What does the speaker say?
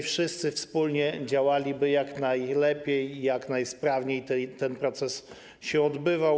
Wszyscy wspólnie działali, by jak najlepiej i jak najsprawniej ten proces się odbywał.